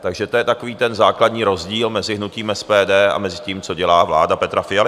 Takže to je takový ten základní rozdíl mezi hnutím SPD a tím, co dělá vláda Petra Fialy.